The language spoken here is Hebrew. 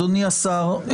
אדוני השר,